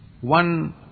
One